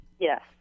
Yes